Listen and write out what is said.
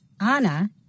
Anna